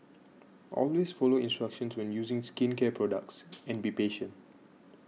always follow instructions when using skincare products and be patient